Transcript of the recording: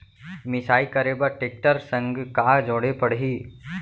मिसाई करे बर टेकटर संग का जोड़े पड़ही?